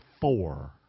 four